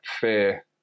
fear